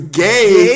gay